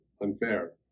unfair